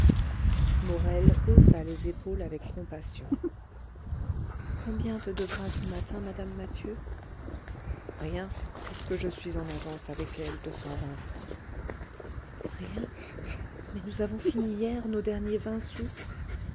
morel haussa les épaules avec compassion combien te devra ce matin mme mathieu reprit madeleine rien puisque je suis en avance avec elle de cent vingt francs rien mais nous avons fini hier nos derniers vingt sous